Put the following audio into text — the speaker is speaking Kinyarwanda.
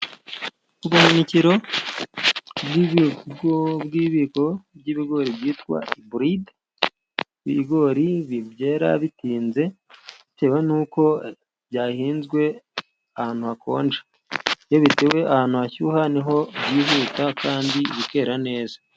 Ubuhunikiro bw'ibigo by'ibigori byitwa iburide, ibigori byera bitinze bitewe nuko byahinzwe ahantu hakonje, iyo bitewe ahantu hashyuha niho byihuta kandi bikera neza.